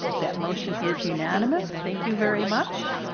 that motion is unanimous. thank you very much.